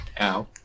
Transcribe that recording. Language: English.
Ow